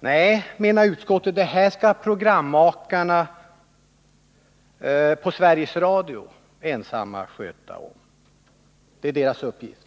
Nej, menar utskottet, det här skall Nr 102 programmakarna på Sveriges Radio ensamma sköta om. Det är deras uppgift.